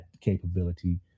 capability